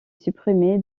supprimée